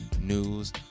news